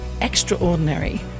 extraordinary